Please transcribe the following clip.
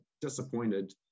disappointed